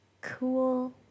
cool